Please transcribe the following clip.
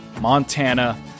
montana